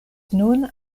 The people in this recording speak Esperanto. nun